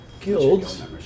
Guilds